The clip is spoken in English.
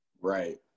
right